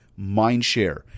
mindshare